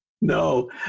No